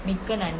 மிக்க நன்றி